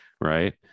right